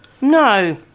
No